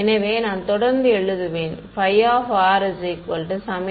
எனவே நான் தொடர்ந்து எழுதுவேன் n1Nnbn